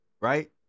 Right